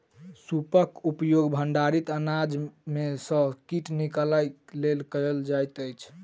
सूपक उपयोग भंडारित अनाज में सॅ कीट निकालय लेल कयल जाइत अछि